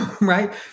right